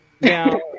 now